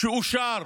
שאושר